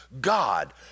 God